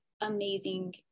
amazing